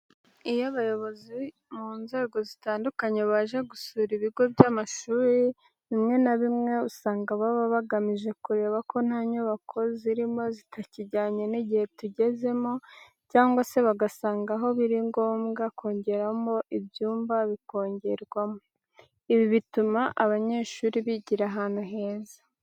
Iyo abayobozi mu nzego zitandukanye baje gusura ibigo by'amashuri bimwe na bimwe usanga baba bagamije kureba ko nta nyubako zirimo zitakijyanye n'igihe tugezemo cyangwa se basanga aho biri ngombwa kongeramo ibyumba bikongerwamo. Ibi bituma abanyeshuri bigira ahantu heza.